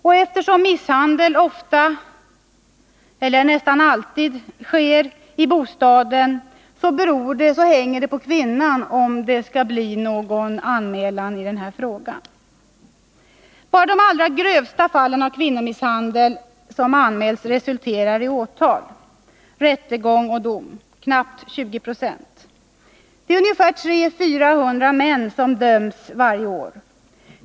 Och eftersom misshandel nästan alltid sker i bostaden, så hänger det på kvinnan om det skall bli någon anmälan. Bara de allra grövsta fallen av kvinnomisshandel som anmäls resulterar i åtal, rättegång och dom, dvs. knappt 20 96. 300-400 män döms varje år.